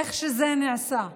איך שזה נעשה,